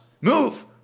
move